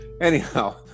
Anyhow